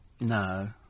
no